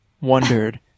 wondered